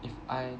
if I